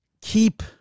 keep